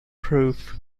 proof